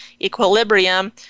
equilibrium